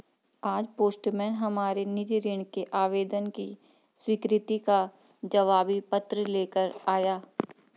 आज पोस्टमैन हमारे निजी ऋण के आवेदन की स्वीकृति का जवाबी पत्र ले कर आया